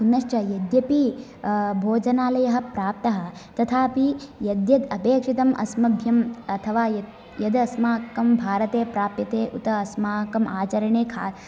पुनश्च यद्यपि भोजनालयः प्राप्तः तथापि यद्यद्पेक्षितम् अस्मभ्यम् अथवा यत् यदस्माकं भारते प्राप्यते उत अस्माकम् आचरणे खा